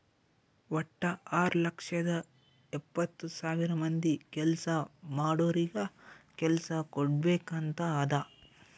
ವಟ್ಟ ಆರ್ ಲಕ್ಷದ ಎಪ್ಪತ್ತ್ ಸಾವಿರ ಮಂದಿ ಕೆಲ್ಸಾ ಮಾಡೋರಿಗ ಕೆಲ್ಸಾ ಕುಡ್ಬೇಕ್ ಅಂತ್ ಅದಾ